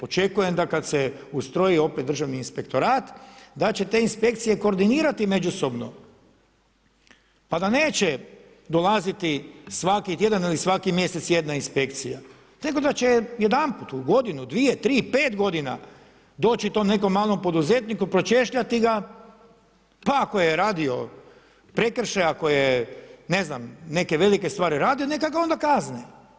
Očekujem da kada se ustroji opet Državni inspektorat da će te inspekcije koordinirati međusobno pa da neće dolaziti svaki tjedan ili svaki mjesec jedna inspekcija nego da će jedanput u godinu, dvije, tri, pet godina doći to nekom malom poduzetniku, pročešljati ga, pa ako je radio prekršaj, ako je ne znam neke velike stvari radio neka ga onda kazne.